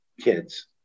kids